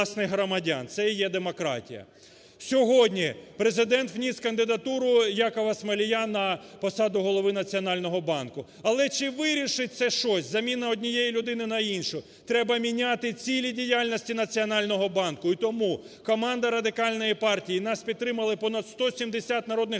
Це і є демократія. Сьогодні Президент вніс кандидатуру Якова Смолія на посаду голови Національного банку. Але чи вирішить це щось – заміна однієї людини на іншу? Треба міняти цілі діяльності Національного банку. І тому команда Радикальної партії, нас підтримали понад 170 народних депутатів